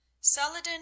Saladin